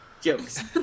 jokes